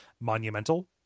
monumental